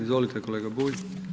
Izvolite, kolega Bulj.